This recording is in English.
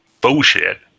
Bullshit